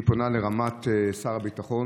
היא פונה לרמ"ט שר הביטחון,